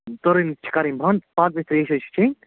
تُرٕنۍ چھِ کَرٕنۍ بنٛد پاکوِتھ ترٛیش حظ چھِ چیٚنۍ